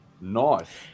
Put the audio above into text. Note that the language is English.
Nice